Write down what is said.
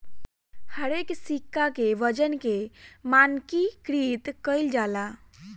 हरेक सिक्का के वजन के मानकीकृत कईल जाला